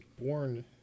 born